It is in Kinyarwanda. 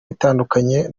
bitandukanye